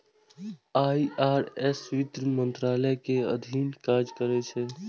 IRS वित्त मंत्रालय के अधीन काज करै छै